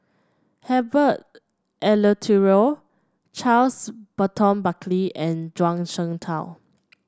Herbert Eleuterio Charles Burton Buckley and Zhuang Shengtao